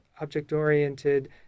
object-oriented